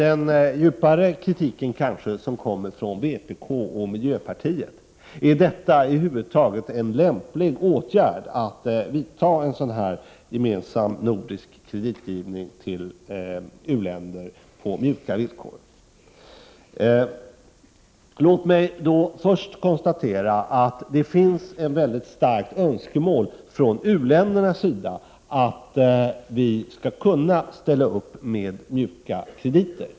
En djupare kritik kommer från vpk och miljöpartiet, som ifrågasätter om det över huvud taget är en lämplig åtgärd att upprätta en gemensam nordisk — Prot. 1988/89:35 kreditgivning till u-länder på mjuka villkor. 30 november 1988 Låt mig då först konstatera att det finns ett mycket starkt önskemål från Upprättande - u-ländernas sida att Sverige skall ställa upp med mjuka krediter.